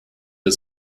der